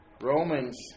Romans